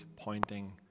pointing